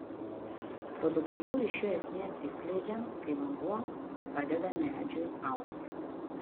produktyvių ryšių esmė atsiskleidžia kai vanduo padeda medžiui augti